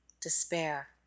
despair